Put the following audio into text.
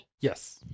Yes